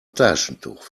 taschentuch